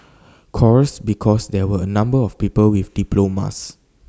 course because there were A number of people with diplomas